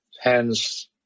hence